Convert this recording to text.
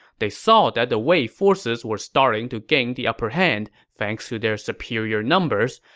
they saw that the wei forces were starting to gain the upper hand, thanks to their superior numbers,